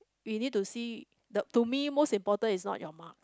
we need to see the to me most important is not your mark